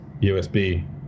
USB